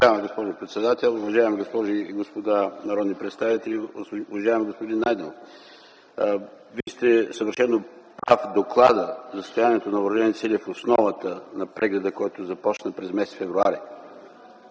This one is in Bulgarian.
Уважаема госпожо председател, уважаеми госпожи и господа народни представители! Уважаеми господин Найденов, Вие сте съвършено прав – докладът за състоянието на Въоръжените сили е в основата на прегледа, който започна през м. февруари